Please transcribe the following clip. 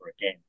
again